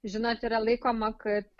žinot yra laikoma kad